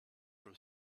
from